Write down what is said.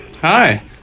hi